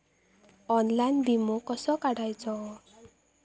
Online विमो कसो काढायचो?